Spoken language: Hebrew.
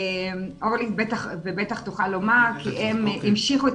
אורלי בטח ובטח תוכל לומר כי הם המשיכו את